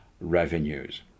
revenues